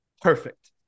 perfect